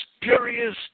spurious